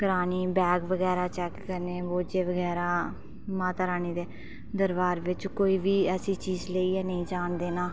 करानी बैग बगैरा चेक करने बोझे बगैरा माता रानी दे दरबार बेच्च कोई बी ऐसी चीज लेइये नी जान देना